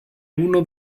uno